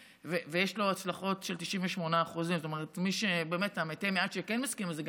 ויש לו הצלחות של 98%. מתי המעט שכן מסכימים לזה,